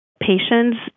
patients